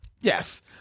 Yes